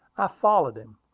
i followed him.